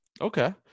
okay